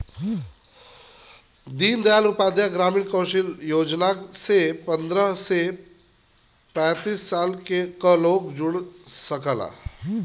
दीन दयाल उपाध्याय ग्रामीण कौशल योजना से पंद्रह से पैतींस साल क लोग जुड़ सकला